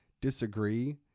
disagree